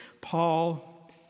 Paul